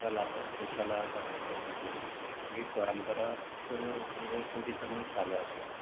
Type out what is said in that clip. कला आसात त्यो कला सादर करपाचे ही परंपरा पयलीं सावन चालू आसा